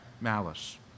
malice